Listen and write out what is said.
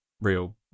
real